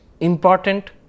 important